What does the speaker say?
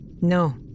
No